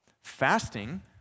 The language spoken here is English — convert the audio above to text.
Fasting